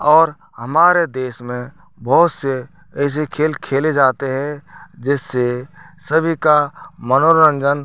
और हमारे देश में बहुत से ऐसे खेल खेले जाते हैं जिससे सभी का मनोरंजन